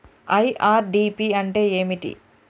IRDP అంటే ఏమిటి?